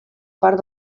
part